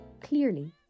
Clearly